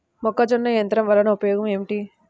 మొక్కజొన్న యంత్రం వలన ఉపయోగము ఏంటి?